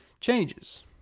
changes